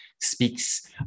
speaks